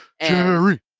Jerry